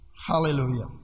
Hallelujah